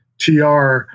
TR